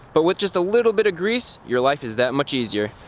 but with just a little bit of grease your life is that much easier.